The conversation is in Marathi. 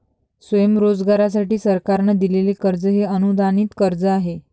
स्वयंरोजगारासाठी सरकारने दिलेले कर्ज हे अनुदानित कर्ज आहे